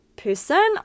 person